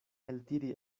eltiri